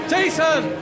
Jason